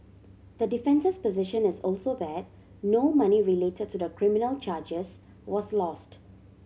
the defence's position is also that no money relate to the criminal charges was lost